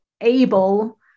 able